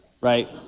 right